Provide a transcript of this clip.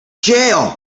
jail